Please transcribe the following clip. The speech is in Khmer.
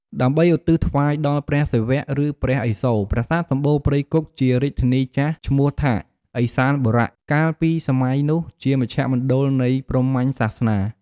ដើម្បីឧទ្ទិសថ្វាយដល់ ព្រះសិវៈ ឬព្រះឥសូរ ប្រាសាទសំបូរព្រៃគុក ជារាជធានីចាស់ឈ្មោះថា ឥសានបុរៈ កាលពីសម័យនោះជាមជ្ឈមណ្ឌលនៃព្រាហ្មញ្ញសាសនា។